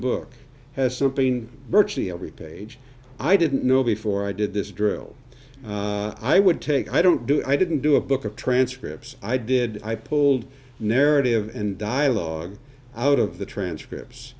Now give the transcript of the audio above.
book has something virtually every page i didn't know before i did this drill i would take i don't do i didn't do a book a transcript i did i pulled narrative and dialogue out of the